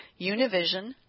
Univision